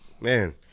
man